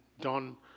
Don